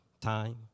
time